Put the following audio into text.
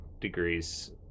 degrees